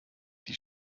die